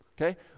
okay